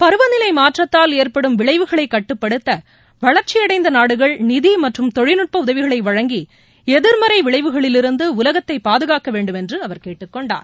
பருவநிலைமாற்றத்தால் ஏற்படும் விளைவுகளைக் கட்டுப்படுத்தவளர்ச்சிஅடைந்தநாடுகள் நிதிமற்றம் தொழில்நுட்பஉதவிகளைவழங்கிஎதிர்மறைவிளைவுகளிலிருந்துஉலகத்தைபாதுகாக்கவேண்டும் என்றுஅவர் கேட்டுக்கொண்டார்